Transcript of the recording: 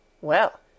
Well